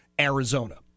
Arizona